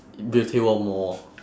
beauty world mall